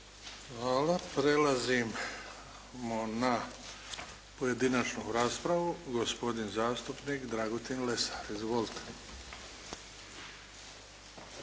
Hvala. Prelazimo na pojedinačnu raspravu. Gospodin zastupnik Dragutin Lesar. Izvolite.